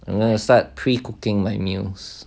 I'm gonna start pre-cooking my meals